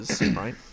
right